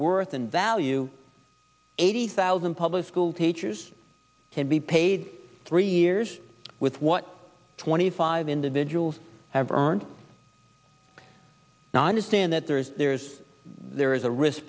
worth and value eighty thousand public school teachers to be paid three years with what twenty five individuals have earned now i understand that there is there's there is a risk